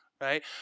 Right